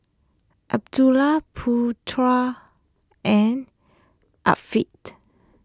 Abdul Putra and